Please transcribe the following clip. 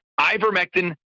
ivermectin